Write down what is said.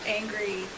angry